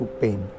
pain